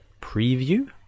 preview